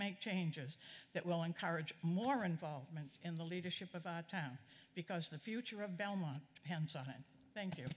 make changes that will encourage more involvement in the leadership of town because the future of belmont hands on thank you